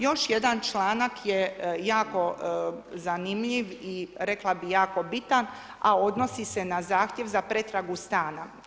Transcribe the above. Još jedan članak je jako zanimljiv i rekla bi jako bitan, a odnosi se na zahtjev za pretragu stana.